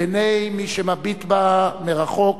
בעיני מי שמביט בה מרחוק ומבחוץ.